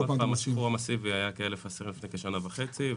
השחרור המסיבי היה כאלף אסירים לפני כשנה וחצי,